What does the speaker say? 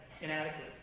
inadequate